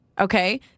Okay